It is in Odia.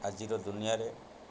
ଆଜିର ଦୁନିଆରେ